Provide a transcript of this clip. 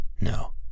No